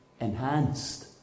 enhanced